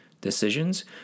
decisions